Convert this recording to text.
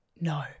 no